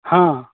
हँ